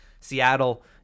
Seattle